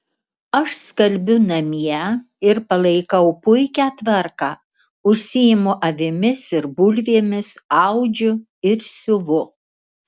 aš skalbiu namie ir palaikau puikią tvarką užsiimu avimis ir bulvėmis audžiu ir siuvu